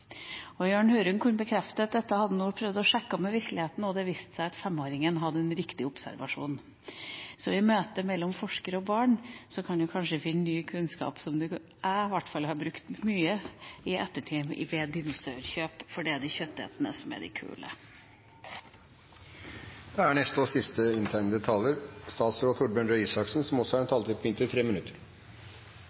munn. Jørn Hurum kunne bekrefte at dette hadde han prøvd å sjekke med virkeligheten, og det viste seg at femåringen hadde gjort en riktig observasjon. Så i møte mellom forskere og barn kan du kanskje finne ny kunnskap, som jeg i hvert fall har brukt mye i ettertid ved dinosaurkjøp, for det er de kjøttetende som er de kule. Jeg tror jeg skal avslutte litt mer optimistisk enn representanten Skei Grande kanskje la grunnlaget for. Representanten sier at jeg sier «beint nei», men det er